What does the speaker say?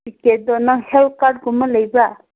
ꯇꯤꯀꯦꯠꯇꯣ ꯅꯪ health card ꯀꯨꯝꯕ ꯂꯩꯕ꯭ꯔꯥ